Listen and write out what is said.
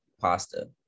pasta